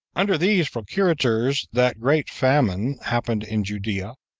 under these procurators that great famine happened in judea,